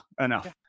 Enough